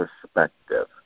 perspective